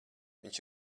viņš